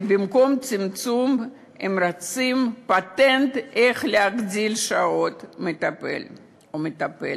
ובמקום צמצום הם רוצים פטנט איך להגדיל את מספר שעות המטפל או המטפלת.